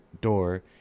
door